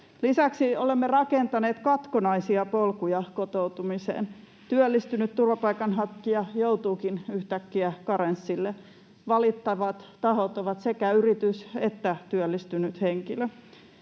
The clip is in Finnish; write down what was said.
Lisäksi olemme rakentaneet katkonaisia polkuja kotoutumiseen. Työllistynyt turvapaikanhakija joutuukin yhtäkkiä karenssille. Valittavat tahot ovat sekä yritys että työllistynyt henkilö.